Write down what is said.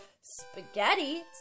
Spaghetti